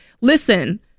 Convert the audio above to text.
Listen